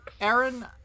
Aaron